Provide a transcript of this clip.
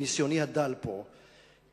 מניסיוני הדל פה,